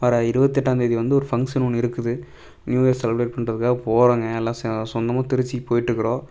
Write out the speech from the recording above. வர்ற இருபத்தெட்டாந்தேதி வந்து ஒரு பங்க்ஷன் ஒன்று இருக்குது நியூ இயர் செலிப்ரேட் பண்ணுறதுக்காக போகிறோங்க எல்லாம் சே சொந்தமாக திருச்சிக்குப் போயிட்டுக்கிறோம்